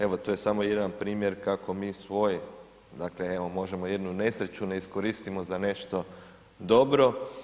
Evo to je samo jedan primjer kako mi svoje, dakle evo možemo jednu nesreću ne iskoristimo za nešto dobro.